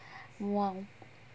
!wow!